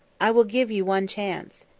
i will give you one chance.